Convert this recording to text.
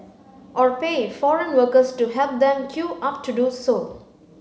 or pay foreign workers to help them queue up to do so